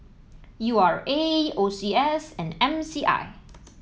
U R A O C S and M C I